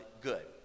good